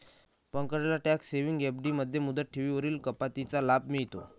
पंकजला tax saving FD मध्ये मुदत ठेवींवरील कपातीचा लाभ मिळतो